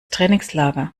trainingslager